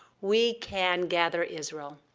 we can gather israel.